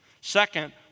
Second